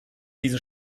diesen